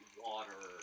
water